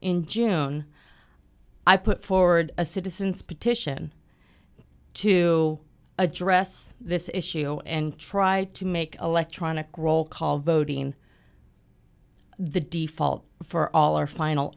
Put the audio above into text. in june i put forward a citizen's petition to address this issue and try to make electronic roll call voting the default for all or final